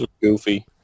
goofy